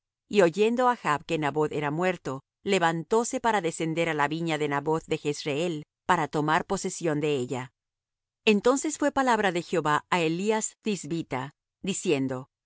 y oyendo achb que naboth era muerto levantóse para descender á la viña de naboth de jezreel para tomar posesión de ella entonces fué palabra de jehová á elías thisbita diciendo levántate desciende á